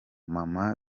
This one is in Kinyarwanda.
mama